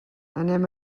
anem